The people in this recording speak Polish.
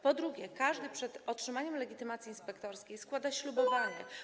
Po drugie, każdy przed otrzymaniem legitymacji inspektorskiej składa ślubowanie,